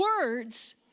words